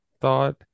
thought